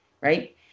right